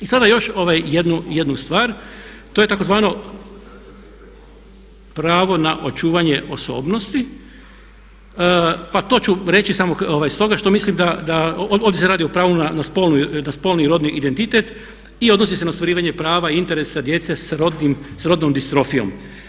I sada još ovaj jednu stvar, to je takozvano pravo na očuvanje osobnosti a to ću reći samo stoga što mislim da ovdje se radi o pravu na spolni rodni identitet i odnosi se na ostvarivanje prava, interesa djece s rodnom distrofijom.